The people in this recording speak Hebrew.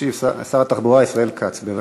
ישיב שר התחבורה ישראל כץ, בבקשה.